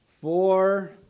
four